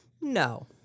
No